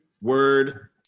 word